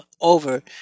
over